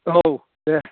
औ दे